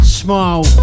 smile